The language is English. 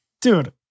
Dude